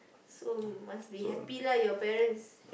so must be happy lah your parents